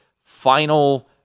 final